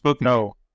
No